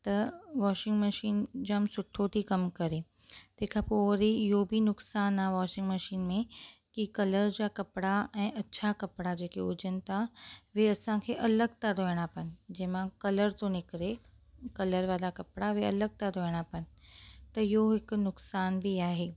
त washing machine जाम सुठो थी कमु करे तंहिं खां पोइ वरी इहो बि नुकसानु आहे वॉशिंग मशीन में की कलर जा कपिड़ा ऐं अछा कपिड़ा जेके हुजनि था उहे असांखे अलॻि था धोइणा पइनि जंहिं मां कलर थो निकिरे कलर वारा कपिड़ा बि अलॻि था धोइणा पइनि त इहो हिकु नुकसानु बि आहे